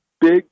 Big